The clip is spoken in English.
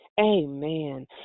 Amen